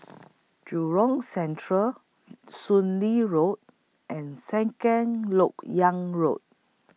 Jurong Central Soon Lee Road and Second Lok Yang Road